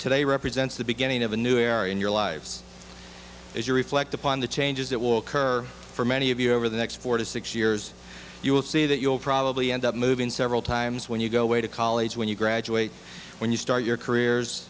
today represents the beginning of a new era in your lives as you reflect upon the changes that will occur for many of you over the next four to six years you will see that you'll probably end up moving several times when you go away to college when you graduate when you start your careers